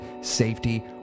safety